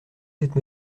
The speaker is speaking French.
cette